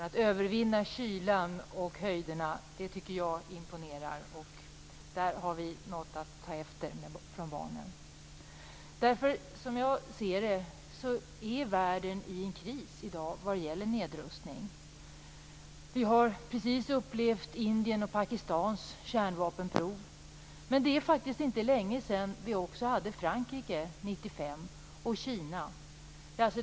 Att övervinna kylan och höjderna tycker jag imponerar. Där har vi något att ta efter. Som jag ser det befinner sig världen i en kris vad gäller nedrustning. Vi har precis upplevt Indiens och Pakistans kärnvapenprov. Och det är faktiskt inte länge sedan vi upplevde Frankrikes - det var 1995 - och Kinas prov.